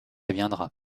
viendra